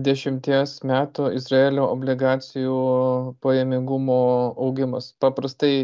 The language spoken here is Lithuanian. dešimties metų izraelio obligacijų pajamingumo augimas paprastai